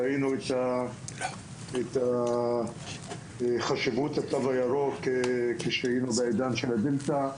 ראינו את חשיבות התו הירוק כשהיינו בעידן של הדלתא.